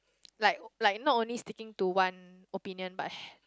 like like not only sticking to one opinion but h~